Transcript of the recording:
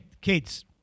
kids